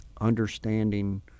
Understanding